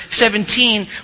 17